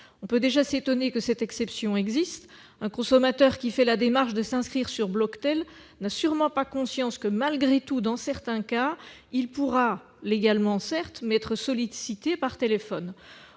On peut déjà s'étonner que cette exception existe. Un consommateur qui fait la démarche de s'inscrire sur la liste Bloctel n'a sûrement pas conscience que, dans certains cas, il pourra être sollicité par téléphone,